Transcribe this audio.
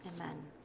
Amen